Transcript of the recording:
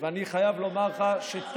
הוא אומר: לא,